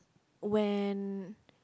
when